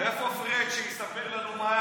איפה פריג' שיספר לנו מה היה בבאר שבע.